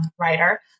writer